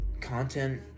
content